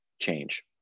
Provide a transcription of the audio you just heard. change